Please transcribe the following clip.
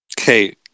Okay